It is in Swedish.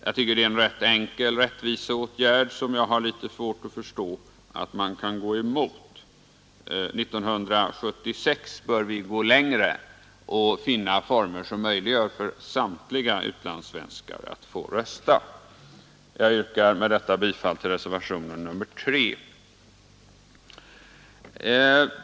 Jag tycker det är en rätt enkel rättviseåtgärd, och jag har litet svårt att förstå att man kan gå emot den. År 1976 bör vi gå längre och finna former som möjliggör för samtliga utlandssvenskar att rösta. Jag yrkar med detta bifall till reservationen 3.